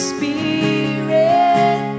Spirit